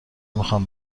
میخوام